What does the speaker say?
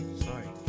Sorry